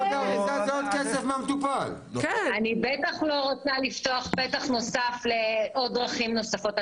אני בטח לא רוצה לפתוח פתח נוסף לעוד דרכים נוספות.